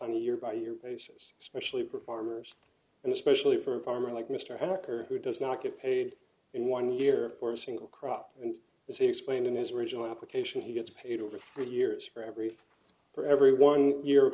on a year by year basis especially performers and especially for a farmer like mr hucker who does not get paid in one year for a single crop and this is explained in his original application he gets paid over three years for every for every one year